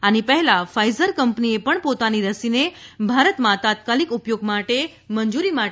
આની પહેલાં ફાઇઝર કંપનીએ પણ પોતાની રસીને ભારતમાં તાત્કાલિક ઉપયોગ માટે મંજુરી માટે અરજી કરી છે